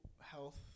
health